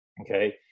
Okay